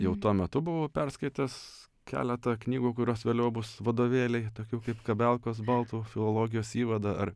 jau tuo metu buvau perskaitęs keletą knygų kurios vėliau bus vadovėliai tokių kaip kabelkos baltų filologijos įvadą ar